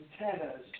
antennas